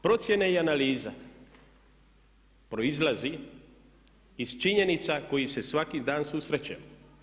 Procjena i analiza proizlazi iz činjenica s kojima se svaki dan susrećemo.